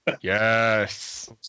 Yes